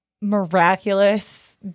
miraculous